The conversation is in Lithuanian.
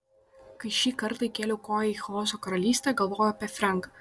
kai šį kartą įkėliau koją į chaoso karalystę galvojau apie frenką